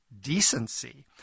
decency